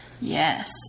Yes